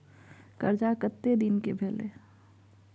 कर्जा कत्ते दिन के भेलै?